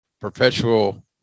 perpetual